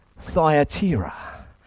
Thyatira